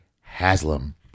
haslam